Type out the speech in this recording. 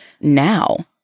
now